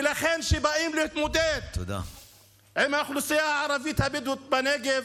ולכן כשבאים להתמודד עם האוכלוסייה הערבית הבדואית בנגב,